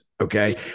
Okay